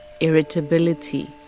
irritability